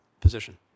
position